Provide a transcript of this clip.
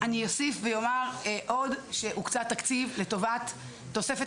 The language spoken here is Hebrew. אני אוסיף ואומר עוד שהוקצה תקציב לטובת תוספת